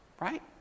right